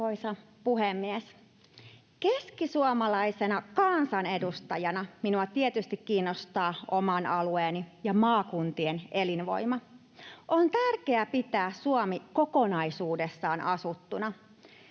Arvoisa puhemies! Keskisuomalaisena kansanedustajana minua tietysti kiinnostaa oman alueeni ja maakuntien elinvoima. On tärkeää pitää Suomi kokonaisuudessaan asuttuna.